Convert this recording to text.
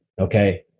okay